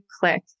click